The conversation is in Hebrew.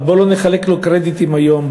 אבל בוא לא נחלק לו קרדיטים היום,